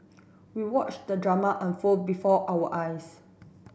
we watched the drama unfold before our eyes